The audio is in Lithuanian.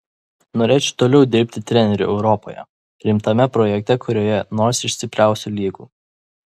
norėčiau toliau dirbti treneriu europoje rimtame projekte kurioje nors iš stipriausių lygų